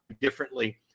differently